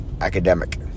academic